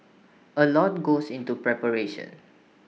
A lot goes into preparation